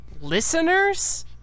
listeners